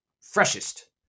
freshest